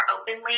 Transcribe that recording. openly